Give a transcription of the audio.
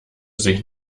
sich